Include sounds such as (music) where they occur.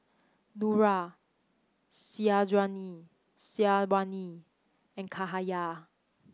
Nura (unintelligible) Syazwani and Cahaya